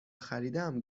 خریدم